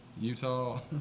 Utah